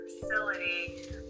facility